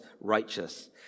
righteous